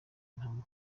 impamo